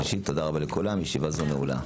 תודה רבה לכולם, ישיבה זו נעולה.